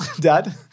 Dad